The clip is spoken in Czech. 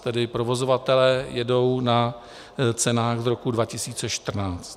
Tedy provozovatelé jedou na cenách z roku 2014.